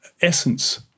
essence